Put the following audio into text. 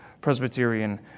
Presbyterian